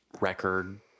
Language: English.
record